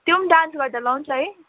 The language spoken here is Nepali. त्यो पनि डान्स गर्दा लाउँछ है